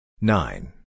nine